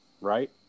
right